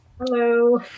Hello